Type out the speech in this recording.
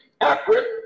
accurate